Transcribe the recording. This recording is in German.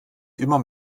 immer